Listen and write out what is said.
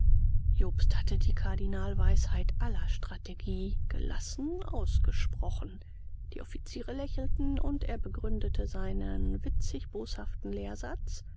jobst hatte die kardinalweisheit aller strategie gelassen ausgesprochen die offiziere lächelten und er begründete seinen witzig boshaften lehrsatz